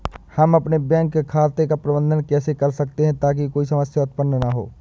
हम अपने बैंक खाते का प्रबंधन कैसे कर सकते हैं ताकि कोई समस्या उत्पन्न न हो?